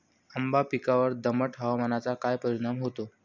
आंबा पिकावर दमट हवामानाचा काय परिणाम होतो?